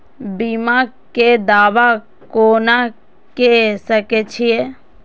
बीमा के दावा कोना के सके छिऐ?